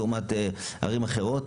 לעומת ערים אחרות,